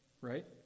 right